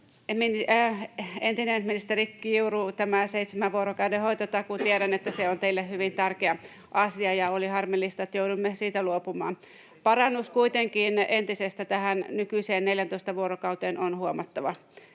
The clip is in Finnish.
Entinen ministeri Kiuru, tämä seitsemän vuorokauden hoitotakuu: Tiedän, että se on teille hyvin tärkeä asia, ja oli harmillista, että jouduimme siitä luopumaan. Parannus kuitenkin entisestä tähän nykyiseen 14 vuorokauteen on huomattava.